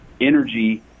energy